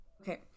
Okay